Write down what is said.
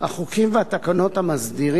החוקים והתקנות המסדירים